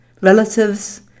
relatives